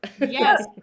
Yes